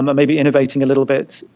maybe innovating a little bit,